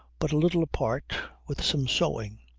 but a little apart, with some sewing.